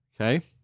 Okay